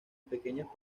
pequeñas